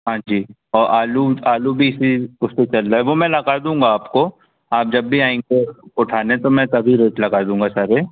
हाँ जी और आलू आलू भी इसी उसमें चल रहा है वह मैं लगा दूँगा आपको आप जब भी आएँगे उठाने तो मैं तभी रेट लगा दूँगा सारे